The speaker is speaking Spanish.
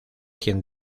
quien